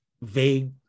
Vague